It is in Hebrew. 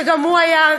שגם הוא היה,